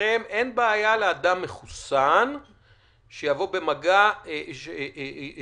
שמבחינתכם אין בעיה לאדם מחוסן שיבוא במגע עם